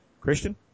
Christian